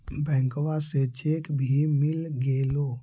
बैंकवा से चेक भी मिलगेलो?